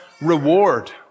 reward